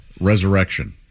Resurrection